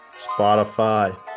spotify